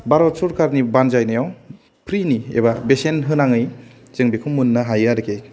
भारत सरखारनि बानजायनायाव फ्रिनि एबा बेसेन होनाङै जों बेखौ मोननो हायो आरोखि